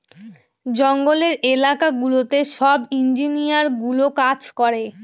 জঙ্গলের এলাকা গুলোতে সব ইঞ্জিনিয়ারগুলো কাজ করে